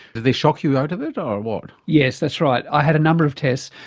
they shock you out of it or what? yes, that's right. i had a number of tests.